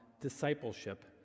discipleship